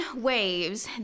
Waves